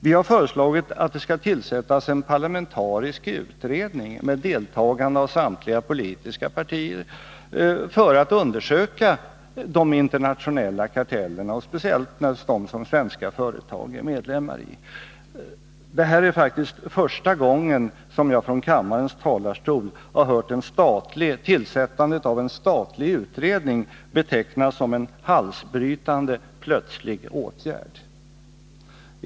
vi har föreslagit att det skall tillsättas en parlamentarisk utredning med deltagande av samtliga politiska partier för att undersöka de internationella kartellerna och naturligtvis speciellt dem som svenska företag är medlemmar i. Det här är faktiskt första gången som jag hört någon från kammarens talarstol beteckna tillsättandet av en statlig utredning som en ”halsbrytande plötslig åtgärd”.